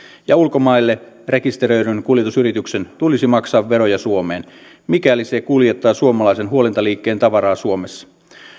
ja ulkomaille rekisteröidyn kuljetusyrityksen tulisi maksaa veroja suomeen mikäli se kuljettaa suomalaisen huolintaliikkeen tavaraa suomessa